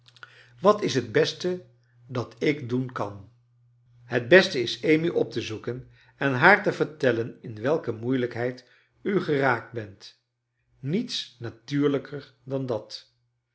wat is t beste dat ik doen kan het beste is amy op te zoeken en haar te vertellen in welke moeilijkheid u geraakt bent niets natuurlijker dan dat